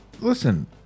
Listen